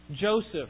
Joseph